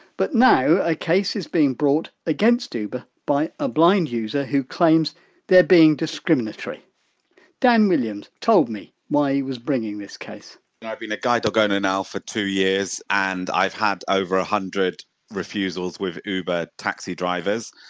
but now, a case is being brought against uber by a blind user who claims they're being discriminatory dan williams told me why he was bringing this case i've been a guide dog owner now for two years and i've had over a hundred refusals with uber taxi drivers.